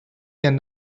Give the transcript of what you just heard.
can